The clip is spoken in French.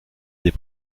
des